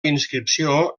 inscripció